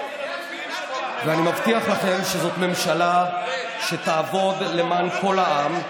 ואני מבטיח לכם שזאת ממשלה שתעבוד למען כל העם.